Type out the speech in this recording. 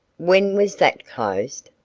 when was that closed?